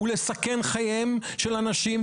ולסכן חייהם של אנשים.